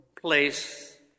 place